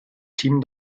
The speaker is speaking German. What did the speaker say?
team